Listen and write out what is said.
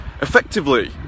effectively